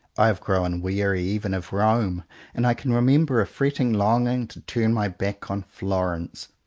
i have grown weary even of rome and i can remember a fretting longing to turn my back on florence.